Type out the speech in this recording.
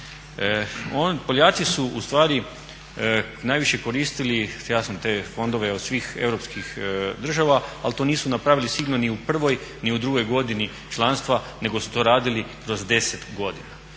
Poljaci su ustvari najviše koristili, jasno te fondove od svih europskih država ali to nisu napravili sigurno ni u prvoj ni u drugoj godini članstva nego su to radili kroz 10 godina.